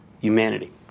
humanity